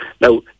Now